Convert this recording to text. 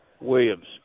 Williams